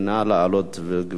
הצעה מס' 8766. נא לעלות, גברתי.